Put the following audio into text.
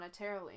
monetarily